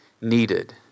needed